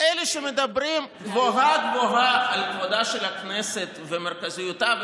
אלה שמדברים גבוהה-גבוהה על כבודה של הכנסת ומרכזיותה,